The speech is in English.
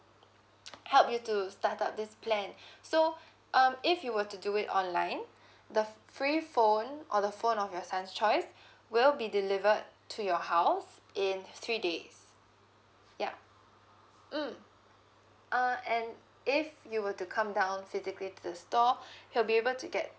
help you to start up this plan so um if you were to do it online the free phone or the phone of your son's choice will be delivered to your house in three days yup mm uh and if you were to come down physically to the store he'll be able to get